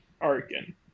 Arkin